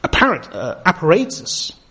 apparatus